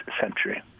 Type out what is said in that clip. century